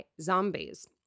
zombies